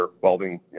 welding –